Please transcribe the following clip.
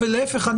להיפך,